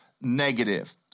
negative